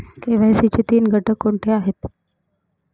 KYC चे तीन घटक कोणते आहेत?